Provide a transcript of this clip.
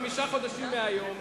חמישה חודשים מהיום.